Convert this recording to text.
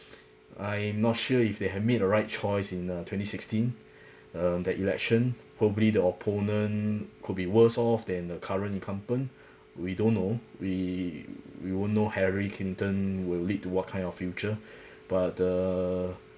I'm not sure if they had made a right choice in uh twenty sixteen um the election probably the opponent could be worse off than the current incumbent we don't know we we won't know hillary clinton will lead to what kind of future but err